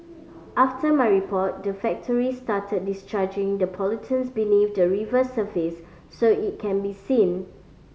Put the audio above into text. after my report the factory started discharging the pollutants beneath the river surface so it can be seen